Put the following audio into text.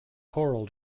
choral